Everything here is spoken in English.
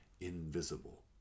invisible